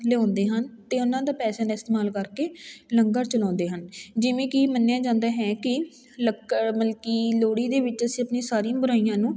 ਲਿਆਉਂਦੇ ਹਨ ਅਤੇ ਉਹਨਾਂ ਦਾ ਪੈਸਿਆਂ ਦਾ ਇਸਤੇਮਾਲ ਕਰਕੇ ਲੰਗਰ ਚਲਾਉਂਦੇ ਹਨ ਜਿਵੇਂ ਕਿ ਮੰਨਿਆ ਜਾਂਦਾ ਹੈ ਕਿ ਲੱਕੜ ਮਲ ਕਿ ਲੋਹੜੀ ਦੇ ਵਿੱਚ ਅਸੀਂ ਆਪਣੀਆਂ ਸਾਰੀ ਬੁਰਾਈਆਂ ਨੂੰ